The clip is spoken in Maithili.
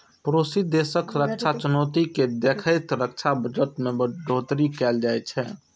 पड़ोसी देशक रक्षा चुनौती कें देखैत रक्षा बजट मे बढ़ोतरी कैल जाइ छै